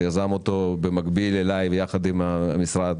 שיזם אותו במקביל אליי ביחד עם המשרד,